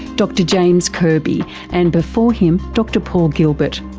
dr james kirby and before him dr paul gilbert.